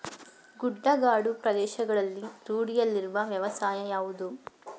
ಗುಡ್ಡಗಾಡು ಪ್ರದೇಶಗಳಲ್ಲಿ ರೂಢಿಯಲ್ಲಿರುವ ವ್ಯವಸಾಯ ಯಾವುದು?